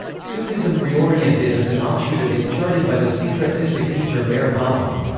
sufism reoriented is an offshoot of it charted by the syncretistic teacher meher baba.